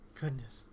Goodness